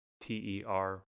T-E-R